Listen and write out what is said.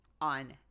on